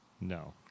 No